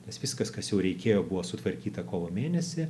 nes viskas kas jau reikėjo buvo sutvarkyta kovo mėnesį